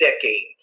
decades